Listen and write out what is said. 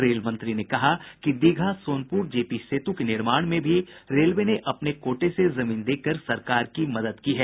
rail मंत्री ने कहा कि दीघा सोनपुर जेपी सेतु के निर्माण में भी रेलवे ने अपने कोटे से जमीन देकर सरकार की मदद की है